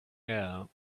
air